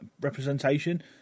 representation